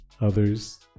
Others